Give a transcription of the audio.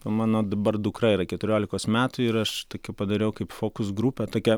mano dabar dukra yra keturiolikos metų ir aš tokį padariau kaip focus grupę tokią